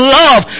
love